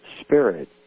Spirit